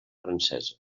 francesa